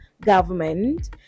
government